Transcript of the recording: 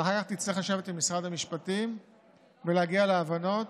אבל אחר כך תצטרך לשבת עם משרד המשפטים ולהגיע להבנות.